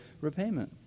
repayment